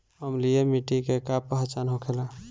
अम्लीय मिट्टी के का पहचान होखेला?